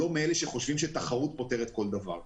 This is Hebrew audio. שאני לא מאלה שחושבים שתחרות פותרת כל דבר.